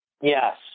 Yes